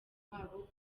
wabo